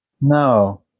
No